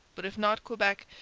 but if not quebec,